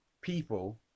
people